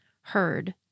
heard